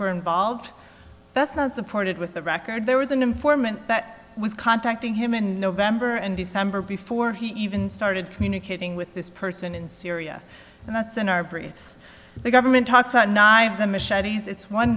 were involved that's not supported with the record there was an informant that was contacting him in november and december before he even started communicating with this person in syria and that's an arborist the government talks about nine of them machetes it's one